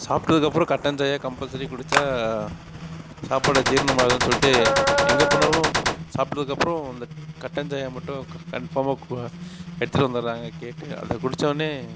சாப்பிட்டதுக்கப்பறம் கட்டன் சாயா கம்பல்சரி குடிச்சா சாப்பாடு ஜீரணமாகுதுன் சொல்லிட்டு எங்கே போனாலும் சாப்பிட்டதுக்கப்பறம் இந்த கட்டன் சாயா மட்டும் க கன்ஃபார்மாக கு எடுத்துட்டு வந்துடறாங்க கேட்டு அதை குடிச்சவொன்னே